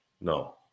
No